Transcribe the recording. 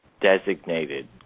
designated